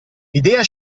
l’idea